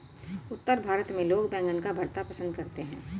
उत्तर भारत में लोग बैंगन का भरता पंसद करते हैं